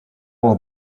will